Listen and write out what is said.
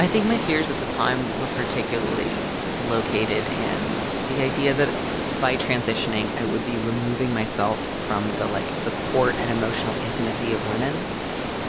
i think my fears at the time were particularly located in the idea that by transitioning i would be removing myself from the, like, support and emotional intimacy of women